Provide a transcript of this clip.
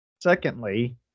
Secondly